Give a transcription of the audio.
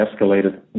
escalated